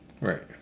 right